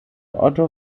otto